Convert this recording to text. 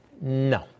No